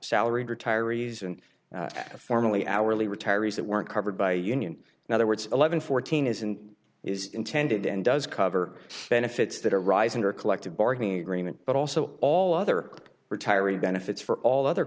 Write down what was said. salaried retirees and formally hourly retirees that weren't covered by a union now the words eleven fourteen is and is intended and does cover benefits that arise in our collective bargaining agreement but also all other retiree benefits for all other